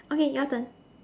okay your turn